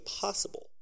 possible